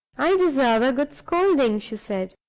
i deserve a good scolding, she said.